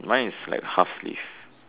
mine is like half sleeve